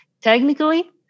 technically